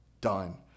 done